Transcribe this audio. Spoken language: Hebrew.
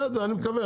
בסדר אני מקווה,